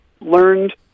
learned